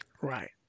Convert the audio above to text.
Right